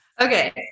Okay